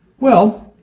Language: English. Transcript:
well,